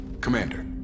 Commander